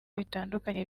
bitandukanye